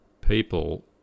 people